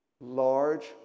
large